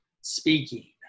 speaking